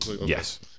yes